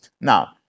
Now